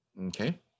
Okay